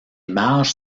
marges